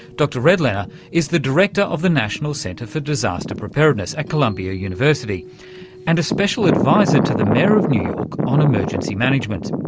dr redlener is the director of the national center for disaster preparedness at columbia university and a special advisor to the mayor of new york on emergency management.